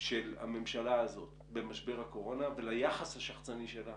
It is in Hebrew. של הממשלה הזאת במשבר הקורונה וליחס השחצני שלה